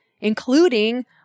including